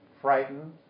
frightened